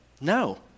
No